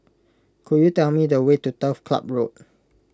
could you tell me the way to Turf Ciub Road